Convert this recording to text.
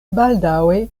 baldaŭe